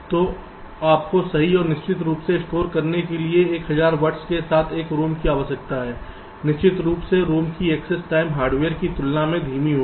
तो आपको सही और निश्चित रूप से स्टोर करने के लिए 1000 वर्ड्स के साथ एक ROM की आवश्यकता है निश्चित रूप से ROM की एक्सेस टाइम हार्डवेयर की तुलना में धीमी होगी